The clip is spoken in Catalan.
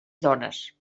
dones